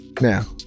now